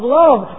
love